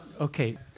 okay